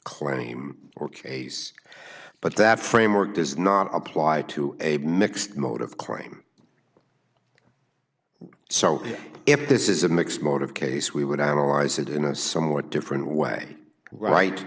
claim or case but that framework does not apply to a mixed mode of claim so if this is a mixed motive case we would analyze it in a somewhat different way right